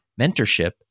mentorship